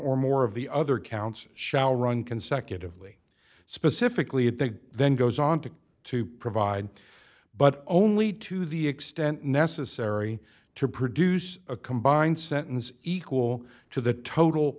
or more of the other counts shall run consecutively specifically at that then goes on to to provide but only to the extent necessary to produce a combined sentence equal to the total